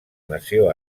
nació